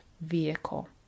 vehicle